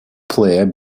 player